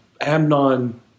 Amnon